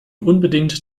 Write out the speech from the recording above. unbedingt